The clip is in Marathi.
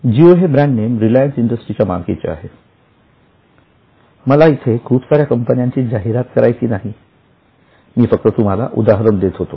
जिओ हे ब्रँड नेम रिलायन्स इंडस्ट्रीजच्या मालकीचे आहे मला इथे खूप साऱ्या कंपन्यांची जाहिरात करायची नाही मी फक्त तुम्हाला उदाहरण देत होतो